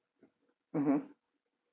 mmhmm